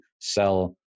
sell